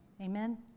Amen